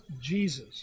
Jesus